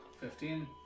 Fifteen